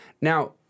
Now